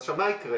עכשיו, מה יקרה?